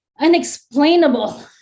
unexplainable